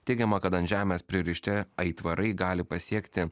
teigiama kad ant žemės pririšti aitvarai gali pasiekti